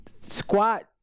squat